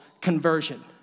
conversion